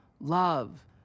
love